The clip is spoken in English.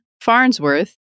Farnsworth